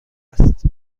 است